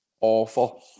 awful